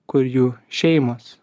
kur jų šeimos